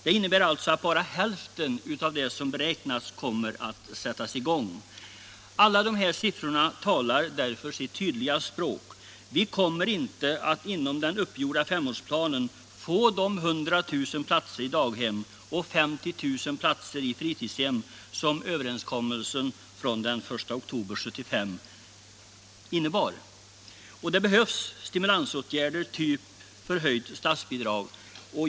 Det innebär att bara hälften av det antal platser som har beräknats kommer att sättas i gång. Dessa siffror talar sitt tydliga språk: Vi kommer inte att inom den aktuella femårsperioden få de 100 000 platser i daghem och 50 000 platser i fritidshem som överenskommelsen från den 1 oktober 1975 innebar. Det behövs stimulansåtgärder, typ förhöjda anordningsbidrag.